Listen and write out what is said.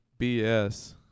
BS